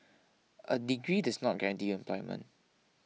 a degree does not guarantee you employment